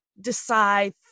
decide